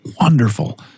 wonderful